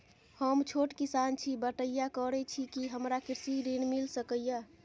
हम छोट किसान छी, बटईया करे छी कि हमरा कृषि ऋण मिल सके या?